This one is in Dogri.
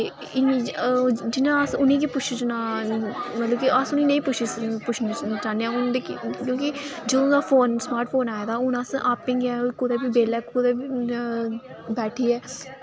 ते जि'यां अस उ'नेंगी मतलब कि अस पुच्छना चाह्नें आं जदूं दा फोन स्मार्ट फोन आए दा ऐ आपें गै कुदै बी बैठियै